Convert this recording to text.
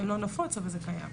זה לא נפוץ אבל זה קיים.